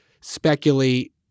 speculate